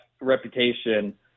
reputation